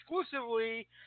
exclusively